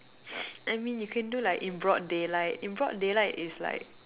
I mean you can do like in broad daylight in broad daylight is like